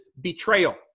betrayal